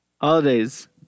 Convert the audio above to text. Holidays